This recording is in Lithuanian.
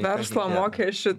verslo mokesčių